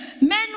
men